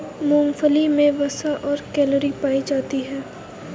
मूंगफली मे वसा और कैलोरी पायी जाती है